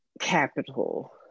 capital